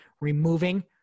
removing